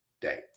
day